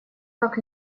как